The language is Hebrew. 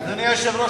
אדוני היושב-ראש,